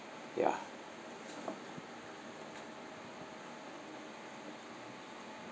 ya